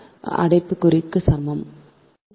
274 ஒரு கிலோமீட்டருக்கு milliweber அலை அலை டன்